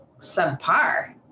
subpar